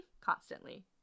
constantly